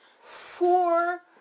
four